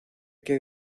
que